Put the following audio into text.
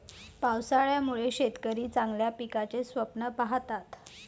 पावसाळ्यामुळे शेतकरी चांगल्या पिकाचे स्वप्न पाहतात